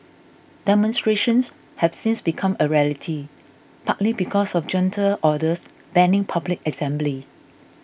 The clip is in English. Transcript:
demonstrations have since become a rarity partly because of junta orders banning public assembly